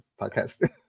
podcast